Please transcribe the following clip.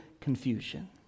confusion